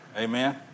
Amen